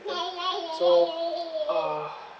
return so ah